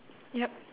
yup